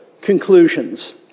conclusions